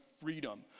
freedom